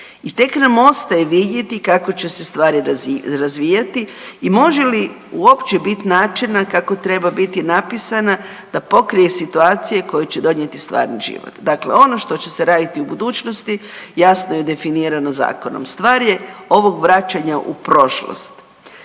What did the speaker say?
i tek nam ostaje vidjeti kako će se stvari razvijati i može li uopće biti načina kako treba biti napisana da pokrije situacije koje će donijeti stvarni život. Dakle ono što će se raditi u budućnosti, jasno je definirano zakonom. Stvar je ovog vraćanja u prošlost.